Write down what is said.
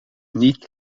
niet